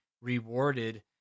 rewarded